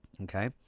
Okay